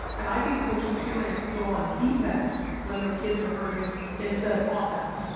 and i think most parents go on defense when their kids are hurting instead of off bence.